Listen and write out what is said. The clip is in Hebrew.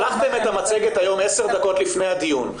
שלחתם את המצגת היום עשר דקות לפני הדיון.